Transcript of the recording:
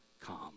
calm